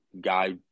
guy